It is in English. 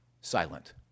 silent